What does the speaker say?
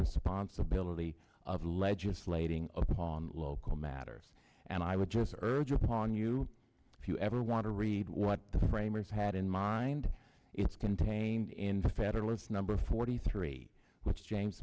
responsibility of legislating upon local matters and i would just urge upon you if you ever want to read what the framers had in mind it's contained in the federalist number forty three which james